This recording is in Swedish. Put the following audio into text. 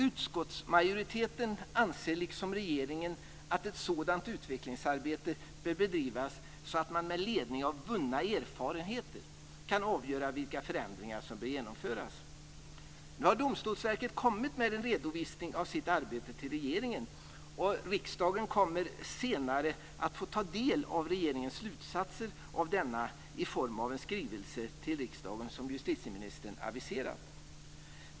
Utskottsmajoriteten anser liksom regeringen att ett sådant utvecklingsarbete bör bedrivas så att man med ledning av vunna erfarenheter kan avgöra vilka förändringar som bör genomföras. Nu har Domstolsverket kommit med en redovisning av sitt arbete till regeringen, och riksdagen kommer senare att få ta del av regeringens slutsatser av denna i form av en skrivelse till riksdagen som justitieministern har aviserat.